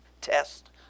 test